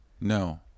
No